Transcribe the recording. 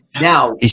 Now